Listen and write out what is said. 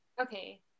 okay